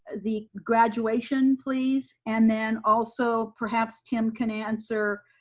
the graduation please? and then also perhaps tim can answer